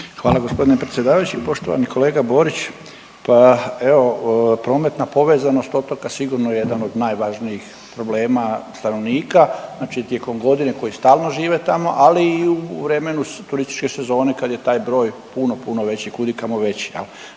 Hvala g. predsjedavajući. Poštovani kolega Borić, pa evo, prometna povezanost otoka sigurno je jedan od najvažnijih problema stanovnika. Znači tijekom godine koji stalno žive tamo, ali i u vremenu turističke sezone kad je taj broj puno, puno veći, kud i kamo veći.